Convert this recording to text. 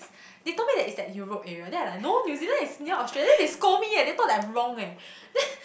they told me is at Europe area then I like no New Zealand is near Australia then they scold me leh they thought that I'm wrong leh then